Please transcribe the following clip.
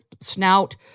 snout